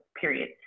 period